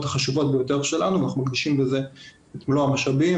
החשובות שלנו ואנחנו מקדישים לזה את מלוא המשאבים,